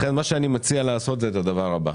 לכן אני מציע לעשות את הדבר הבא: